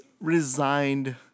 resigned